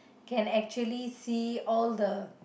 can actually see all the